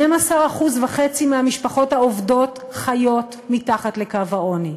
12.5% מהמשפחות העובדות חיות מתחת לקו העוני.